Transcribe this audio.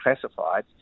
classified